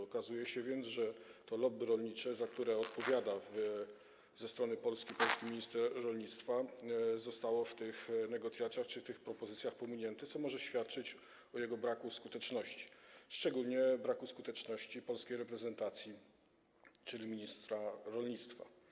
Okazuje się więc, że lobby rolnicze, za które ze strony Polski odpowiada polski minister rolnictwa, zostało w tych negocjacjach czy tych propozycjach pominięte, co może świadczyć o braku skuteczności, szczególnie braku skuteczności polskiej reprezentacji, czyli ministra rolnictwa.